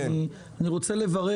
אני רוצה לברך.